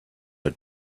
had